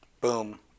Boom